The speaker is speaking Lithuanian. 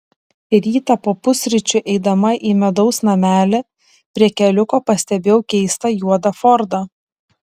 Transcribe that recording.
rytą po pusryčių eidama į medaus namelį prie keliuko pastebėjau keistą juodą fordą